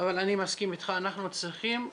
אבל אני מסכים איתך, אנחנו צריכים ליזום,